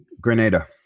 Grenada